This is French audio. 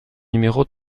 numéro